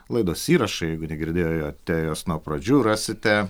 laidos įrašą jeigu negirdėjote jos nuo pradžių rasite